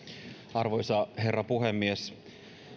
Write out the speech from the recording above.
arvoisa herra puhemies